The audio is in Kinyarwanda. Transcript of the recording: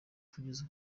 kugeza